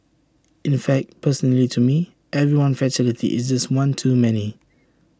in fact personally to me every one fatality is just one too many